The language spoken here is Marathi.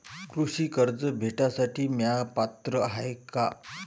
कृषी कर्ज भेटासाठी म्या पात्र हाय का?